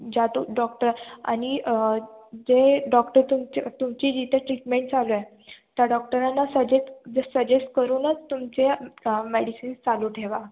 ज्यातो doctor आणि जे doctor तुमच्या तुमची जिथे ट्रीटमेंट चालू आहे त्या डॉक्टरांना सजे ज सजेस्ट करूनच तुमचे मेडिसिन्स चालू ठेवा